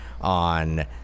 on